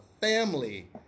family